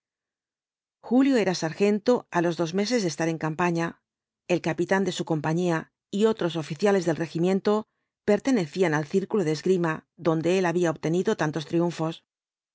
julio era sargento á los dos meses de estar en campaña el capitán de su compañía y otros oficiales del regimiento pertenecían al círculo de esgrima donde él había obtenido tantos triunfos qué